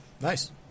Nice